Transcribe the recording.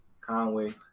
Conway